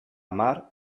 mar